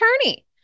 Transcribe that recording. attorney